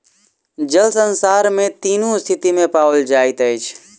जल संसार में तीनू स्थिति में पाओल जाइत अछि